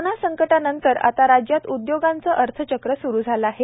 corona संकटानंतर आता राज्यात उद्योगांचे अर्थचक्र स्रु झाले आहे